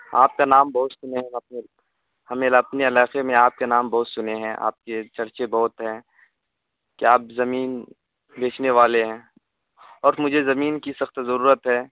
آپ کا نام بہت سنے ہیں ہم اپنے ہم نے اپنے علاقے میں آپ کا نام بہت سنے ہیں آپ کے چرچے بہت ہیں کہ آپ زمین بیچنے والے ہیں اور مجھے زمین کی سخت ضرورت ہے